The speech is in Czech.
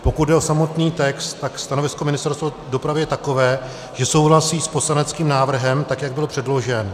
Pokud jde o samotný text, tak stanovisko Ministerstva dopravy je takové, že souhlasí s poslaneckým návrhem, tak jak byl předložen.